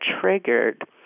triggered